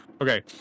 Okay